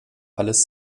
alles